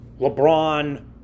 LeBron